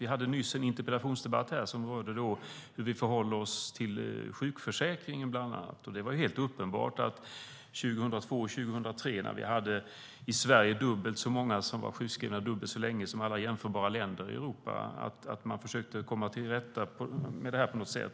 Vi hade nyss en interpellationsdebatt om hur vi bland annat förhåller oss till sjukförsäkringen. Det var helt uppenbart att man 2002-2003, när vi i Sverige hade dubbelt så många som var sjukskrivna dubbelt så länge i förhållande till jämförbara länder i Europa, försökte komma till rätta med problemet på något sätt.